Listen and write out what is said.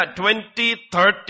2030